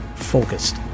Focused